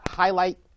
highlight